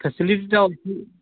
facility ତ ଅଛି